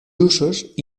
usos